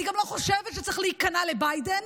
אני גם לא חושבת שצריך להיכנע לביידן,